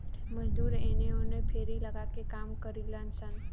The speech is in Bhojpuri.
मजदूर एने ओने फेरी लगा के काम करिलन सन